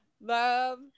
love